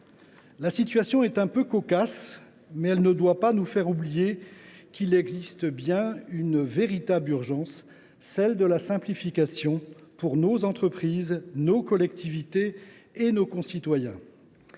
La situation est un peu cocasse, mais elle ne doit pas nous faire oublier qu’il existe une véritable urgence, celle de la simplification pour nos entreprises, nos collectivités et nos concitoyens